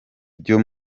byo